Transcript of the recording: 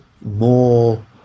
more